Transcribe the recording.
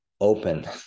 open